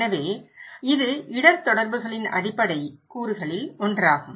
எனவே இது இடர் தொடர்புகளின் அடிப்படை கூறுகளில் ஒன்றாகும்